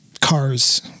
cars